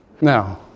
Now